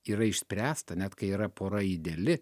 yra išspręsta net kai yra pora ideali